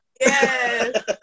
Yes